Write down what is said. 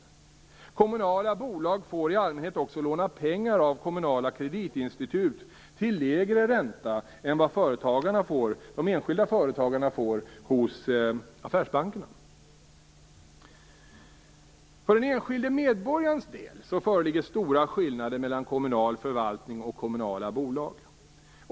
Kommunala bolag får i allmänhet också låna pengar av kommunala kreditinstitut till lägre ränta än vad de enskilda företagarna får hos affärsbankerna. För den enskilde medborgarens del föreligger stora skillnader mellan kommunal förvaltning och kommunala bolag.